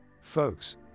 folks